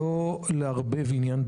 אני חושב שזה חוסר הבנה.